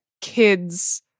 kids